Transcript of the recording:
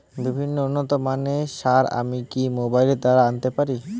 বিভিন্ন উন্নতমানের সার আমি কি মোবাইল দ্বারা আনাতে পারি?